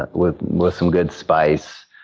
ah with with some good spice,